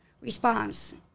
response